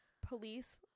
police